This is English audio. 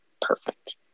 perfect